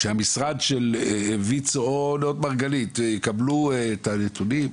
כשהמשרד של ויצו או נאות מרגלית יקבלו את הנתונים,